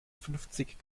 fünfzig